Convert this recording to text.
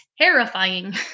terrifying